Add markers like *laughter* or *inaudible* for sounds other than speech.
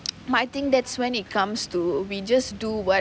*noise* but I think that's when it comes to we just do what